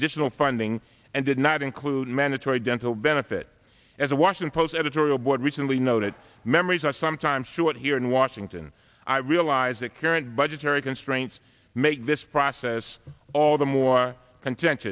additional funding and did not include mandatory dental benefit as the washington post editorial board recently noted memories are sometimes short here in washington i realize that current budgetary constraints make this process all the more